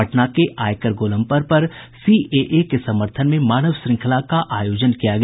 पटना के आयकर गोलम्बर पर सीएए के समर्थन में मानव श्रृंखला का आयोजन किया गया